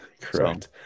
Correct